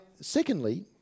secondly